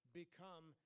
become